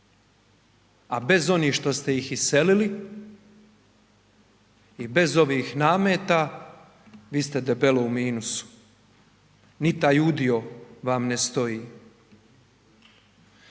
a bez oni što ste ih iselili i bez ovih nameta, vi ste debelo u minusu, ni taj udio vam ne stoji.